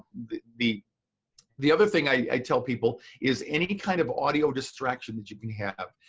the the other thing i tell people is any kind of audio distraction that you can have.